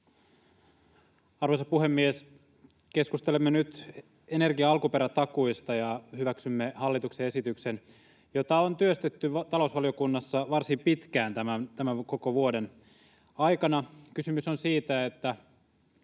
Arvoisa puhemies! Keskustelemme nyt energian alkuperätakuista ja hyväksymme hallituksen esityksen, jota on työstetty talousvaliokunnassa varsin pitkään tämän koko vuoden aikana. Kysymys on siitä, että